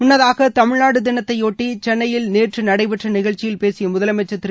முன்னதாக தமிழ்நாடு தினத்தை ஒட்டி சென்னையில் நேற்று நடைபெற்ற நிகழ்ச்சியில் பேசிய முதலமைச்சர் திரு